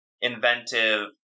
inventive